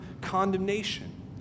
condemnation